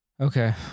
Okay